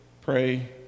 pray